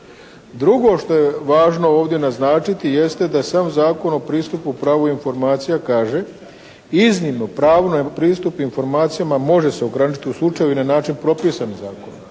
Drugo što je važno ovdje naznačiti jeste da sam Zakon o pristupu pravu informacija kaže iznimno pravo na pristup informacijama može se ograničiti u slučaju na način propisan zakonom.